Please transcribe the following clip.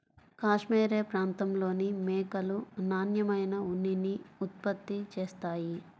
cashmere ప్రాంతంలోని మేకలు నాణ్యమైన ఉన్నిని ఉత్పత్తి చేస్తాయి